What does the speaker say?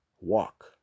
walk